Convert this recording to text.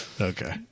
Okay